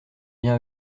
viens